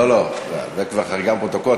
לא, לא, זה כבר חריגה מהפרוטוקול.